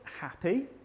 happy